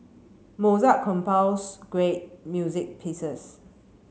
Mozart great music pieces